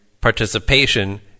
participation